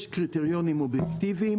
יש קריטריונים אובייקטיביים